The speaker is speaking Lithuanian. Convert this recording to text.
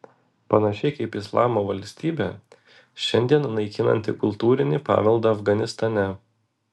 panašiai kaip islamo valstybė šiandien naikinanti kultūrinį paveldą afganistane